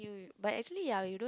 but actually ah you don't